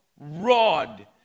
rod